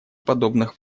подобных